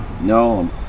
No